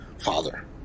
Father